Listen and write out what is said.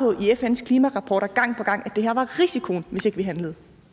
jo i FN's klimarapporter gang på gang blevet peget på, at det her var risikoen, hvis ikke vi handlede.